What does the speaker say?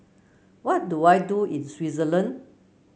what do I do is Switzerland